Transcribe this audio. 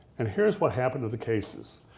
and here is what happened to the cases.